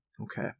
okay